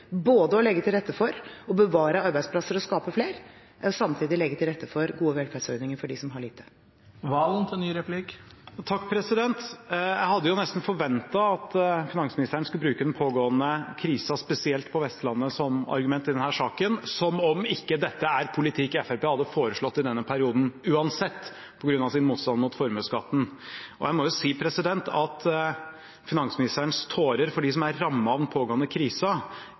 både å legge til rette for å bevare arbeidsplasser og skape flere og samtidig legge til rette for gode velferdsordninger for dem som har lite. Jeg hadde nesten forventet at finansministeren skulle bruke den pågående krisa, spesielt på Vestlandet, som argument i denne saken – som om ikke dette er politikk Fremskrittspartiet uansett hadde foreslått i denne perioden på grunn av sin motstand mot formuesskatten. Jeg må si at finansministerens tårer for dem som er rammet av den pågående krisa,